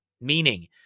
meaning